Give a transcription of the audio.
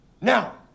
now